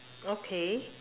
okay